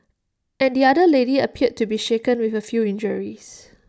and the other lady appeared to be shaken with A few injuries